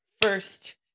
first